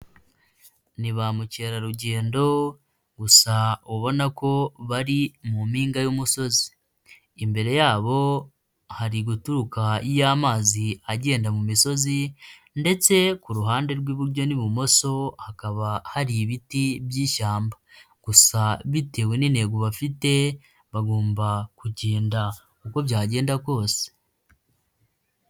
Ni ba mukerarugendo gusa ubona ko bari mu mpinga y'umusozi, imbere yabo hari guturuka yo amazi agenda mu misozi, ndetse ku ruhande rw'iburyo n'ibumoso hakaba hari ibiti by'ishyamba, gusa bitewe n'intego bafite bagomba kugenda uko byagenda kose.